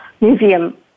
museum